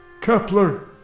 Kepler